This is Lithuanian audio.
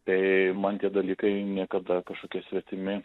tai man tie dalykai niekada kažkokie svetimi